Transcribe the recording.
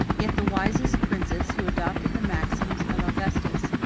yet the wisest princes, who adopted the maxims of augustus,